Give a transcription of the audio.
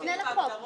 נפנה לחוק.